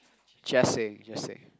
just saying just saying